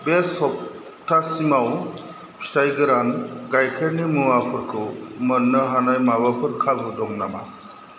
बे सप्तासिमाव फिथाइ गोरान गाइखेरनि मुवाफोरखौ मोन्नो हानाय माबाफोर खाबु दङ नामा